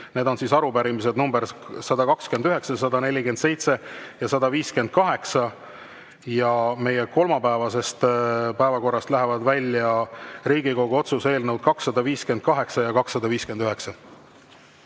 need on siis arupärimised nr 129, 147 ja 158. Ja meie kolmapäevasest päevakorrast lähevad välja Riigikogu otsuse eelnõud 258 ja 259.